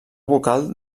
vocal